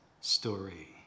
story